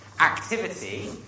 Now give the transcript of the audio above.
activity